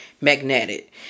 magnetic